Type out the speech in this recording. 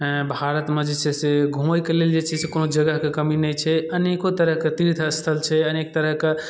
भारतमे जे छै से घुमैके लेल जे छै से कोनो जगहके कमी नहि छै अनेको तरहके तीर्थस्थल छै अनेक तरहके